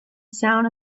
sound